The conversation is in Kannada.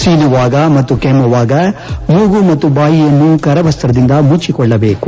ಸೀನುವಾಗ ಮತ್ತು ಕೆಮ್ಜುವಾಗ ಮೂಗು ಮತ್ತು ಬಾಯಿಯನ್ನು ಕರವಸ್ತದಿಂದ ಮುಚ್ಚಿಕೊಳ್ಳಬೆಕು